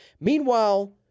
meanwhile